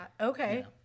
Okay